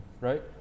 Right